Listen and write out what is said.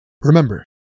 Remember